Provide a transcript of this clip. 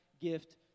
gift